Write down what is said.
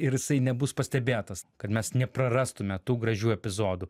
ir jisai nebus pastebėtas kad mes neprarastume tų gražių epizodų